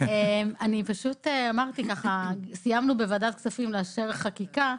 סיימנו בוועדת כספים לאשר חקיקה,